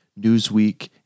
Newsweek